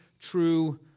true